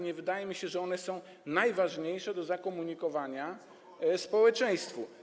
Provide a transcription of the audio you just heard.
Nie wydaje mi się, że one są najważniejsze do zakomunikowania społeczeństwu.